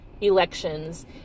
elections